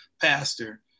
pastor